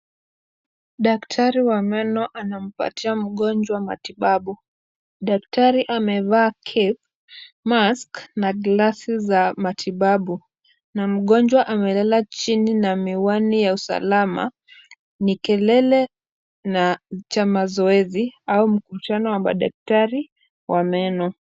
Daktari wa meno anampatia mgonjwa matibabu, daktari amevaa Cap, Mask na glasi za matibabu na mgonjwa amelala chini na miwani ya usalama ni kelele na cha mazoezi au mchana wa madakitari wa meno.